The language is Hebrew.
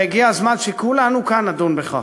והגיע הזמן שכולנו כאן נדון בכך.